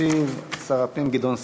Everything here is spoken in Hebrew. ישיב שר הפנים גדעון סער.